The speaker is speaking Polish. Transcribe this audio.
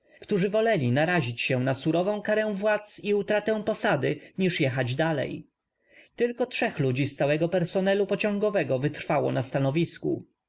którzy w o leli narazić się na surow ą karę w ładz i u tra tę posady niż jechać d a le j tylko trzech ludzi z całego personalu pociągow ego w ytrw ało na stanow